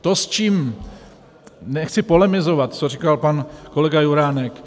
To, s čím nechci polemizovat, co říkal pan kolega Juránek.